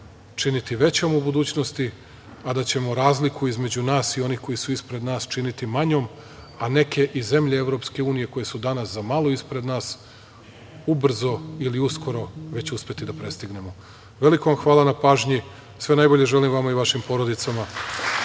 činiti većom u budućnosti, a da ćemo razliku između nas i onih koji su ispred nas činiti manjom, a neke i zemlje EU koje su danas za malo ispred nas, ubrzo ili uskoro već uspeti da prestignemo. Veliko vam hvala na pažnji. Sve najbolje želim vama i vašim porodicama.